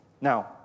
Now